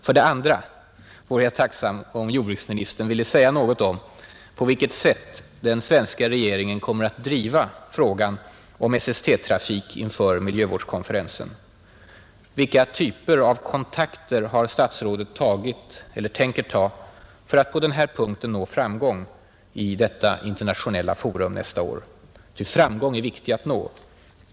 Vidare vore jag tacksam om jordbruksministern ville säga något om på vilket sätt den svenska regeringen kommer att driva frågan om SST-trafik inför miljövårdskonferensen. Vilka typer av kontakter har statsrådet tagit eller tänker ta för att på denna punkt nå framgång i detta internationella forum nästa år? Ty framgång är viktig att nå.